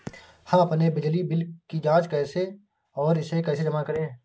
हम अपने बिजली बिल की जाँच कैसे और इसे कैसे जमा करें?